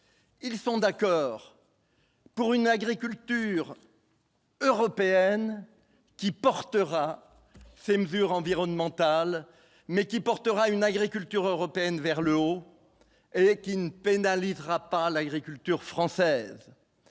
ils sont d'accord pour une agriculture. Européenne qui portera ses mesures environnementales, mais qui portera une agriculture européenne vers le haut, et qui ne pénalisera pas l'agriculture française,